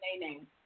name